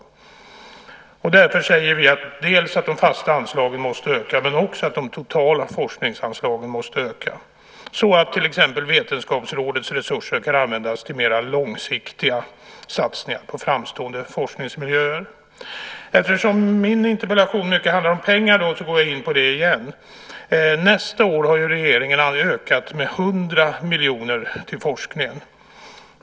Därför säger vi dels att de fasta anslagen måste öka, dels att de totala forskningsanslagen måste öka. På det viset kan Vetenskapsrådets resurser användas till mer långsiktiga satsningar på framstående forskningsmiljöer. Eftersom min interpellation handlar om pengar går jag in på det igen. Nästa år har regeringen ökat anslaget till forskningen med 100 miljoner.